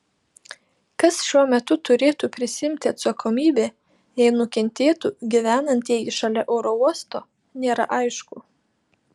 kas šiuo metu turėtų prisiimti atsakomybę jei nukentėtų gyvenantieji šalia oro uosto nėra aišku